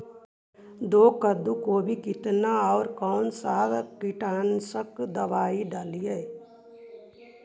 दो कट्ठा गोभी केतना और कौन सा कीटनाशक दवाई डालिए?